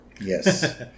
Yes